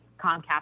Comcast